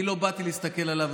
אני לא באתי להסתכל עליו.